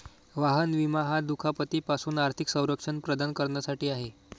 वाहन विमा हा दुखापती पासून आर्थिक संरक्षण प्रदान करण्यासाठी आहे